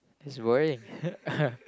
it's worrying